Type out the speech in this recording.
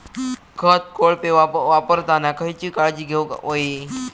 खत कोळपे वापरताना खयची काळजी घेऊक व्हयी?